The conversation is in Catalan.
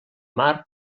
mar